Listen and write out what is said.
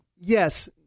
Yes